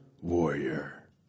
warrior